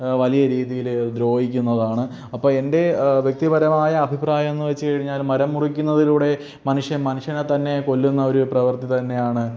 വലിയ രീതിയിൽ ദ്രോഹിക്കുന്നതാണ് അപ്പം എൻ്റെ വ്യക്തിപരമായ അഭിപ്രായംന്ന് വച്ച് കഴിഞ്ഞാൽ മരം മുറിക്കുന്നതിലൂടെ മനുഷ്യൻ മനുഷ്യനെ തന്നെ കൊല്ലുന്ന ഒരു പ്രവൃത്തി തന്നെയാണ്